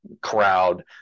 crowd